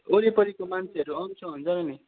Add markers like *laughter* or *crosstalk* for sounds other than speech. वरिपरिको मान्छेहरू आउँछ *unintelligible*